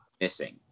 missing